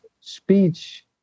speech